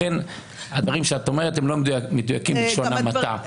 לכן הדברים שאת אומרת הם לא מדויקים, בלשון המעטה.